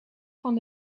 van